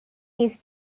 his